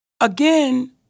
again